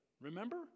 Remember